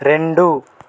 రెండు